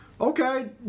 Okay